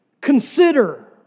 Consider